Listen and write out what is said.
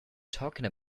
talking